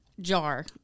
jar